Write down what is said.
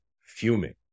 fuming